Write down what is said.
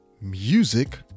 music